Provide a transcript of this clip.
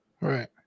Right